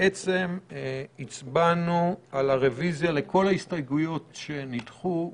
הצבענו על הרביזיה לכל ההסתייגויות שנדחו.